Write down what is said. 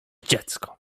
dziecko